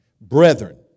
Brethren